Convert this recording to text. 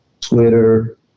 Twitter